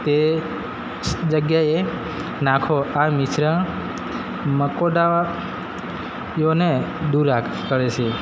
તે જગ્યાએ નાખો આ મિશ્રણ મકોડાયોને દૂર કરે છે